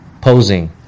posing